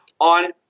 on